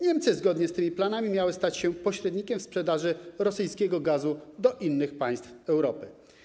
Niemcy zgodnie z tymi planami miały stać się pośrednikiem sprzedaży rosyjskiego gazu do innych państw Europy.